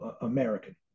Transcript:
American